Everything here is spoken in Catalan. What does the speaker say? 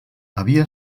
havia